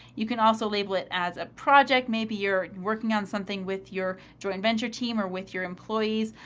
you can also label it as a project. maybe you're working on something with your joint venture team or with your employees.